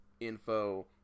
info